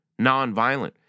nonviolent